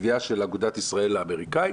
בתביעה של אגודת ישראל האמריקנית.